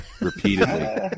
repeatedly